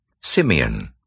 Simeon